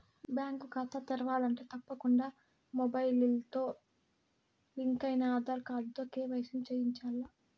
bank కాతా తెరవాలంటే తప్పకుండా మొబయిల్తో లింకయిన ఆదార్ కార్డుతో కేవైసీని చేయించాల్ల